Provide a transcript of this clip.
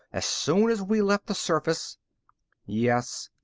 as soon as we left the surface yes,